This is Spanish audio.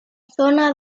zona